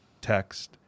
text